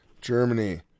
Germany